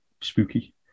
spooky